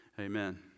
amen